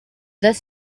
this